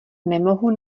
nemohu